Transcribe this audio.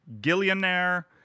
Gillionaire